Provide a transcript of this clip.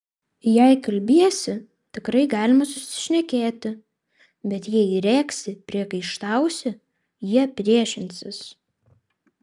jei kalbiesi tikrai galima susišnekėti bet jei rėksi priekaištausi jie priešinsis